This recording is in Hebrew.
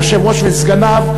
היושב-ראש וסגניו,